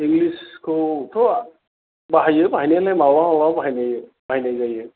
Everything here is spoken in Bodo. इंलिसखौथ' बाहायो बाहायनायालाय माब्लाबा माब्लाबा बाहायो बाहायनाय जायो